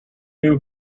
who